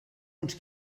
uns